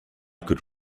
could